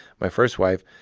my first wife,